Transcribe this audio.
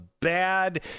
bad